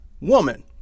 woman